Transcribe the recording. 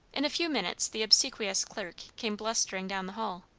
in a few minutes the obsequious clerk came blustering down the hall